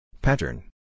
Pattern